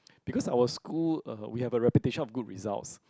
because our school uh we have a reputation of good results